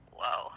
whoa